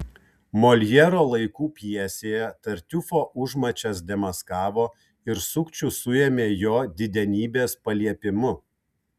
moljero laikų pjesėje tartiufo užmačias demaskavo ir sukčių suėmė jo didenybės paliepimu